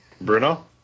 Bruno